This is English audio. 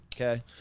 Okay